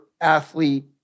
athlete